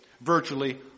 Virtually